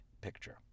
picture